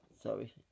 sorry